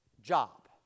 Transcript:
job